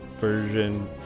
version